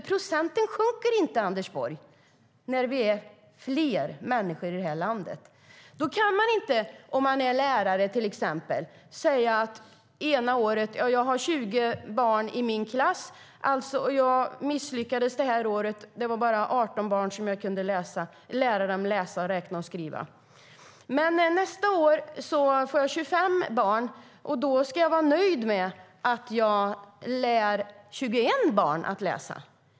Procenten sjunker inte, Anders Borg, när vi är fler människor i detta land. Om man till exempel är lärare kan man inte ena året säga: Jag har 20 barn i min klass, och jag misslyckades det här året. Det var bara 18 barn jag kunde lära att läsa, räkna och skriva. Men nästa år får jag 25 barn, och då ska jag vara nöjd med att jag lär 21 barn att läsa.